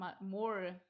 more